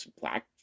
black